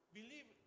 believe